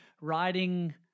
riding